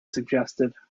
suggested